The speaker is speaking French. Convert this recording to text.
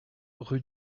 rue